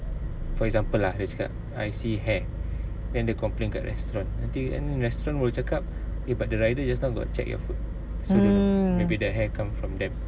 for example lah dia cakap I see hair then they complain kat restaurant nanti restaurant will cakap eh but the rider just now got check your food so maybe the hair come from them